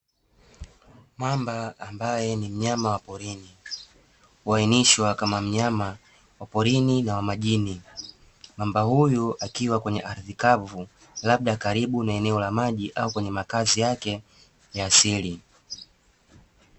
Mamba ambaye ni mnyama wa porini, huainishwa kama mnyama wa porini na makini, mamba huyu akiwa kwenye ardhi kavu labda karibu na eneo la maji au katika makazi yake ya asili.